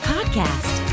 Podcast